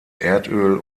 erdöl